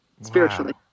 spiritually